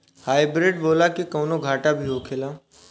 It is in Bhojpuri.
हाइब्रिड बोला के कौनो घाटा भी होखेला?